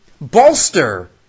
bolster